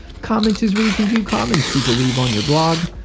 comments is where you can view comments people leave on your blog.